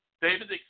David